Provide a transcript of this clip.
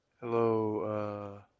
Hello